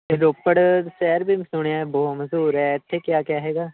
ਅਤੇ ਰੋਪੜ ਸ਼ਹਿਰ ਵੀ ਮੈਂ ਸੁਣਿਆ ਬਹੁਤ ਮਸ਼ਹੂਰ ਹੈ ਇੱਥੇ ਕਿਆ ਕਿਆ ਹੈਗਾ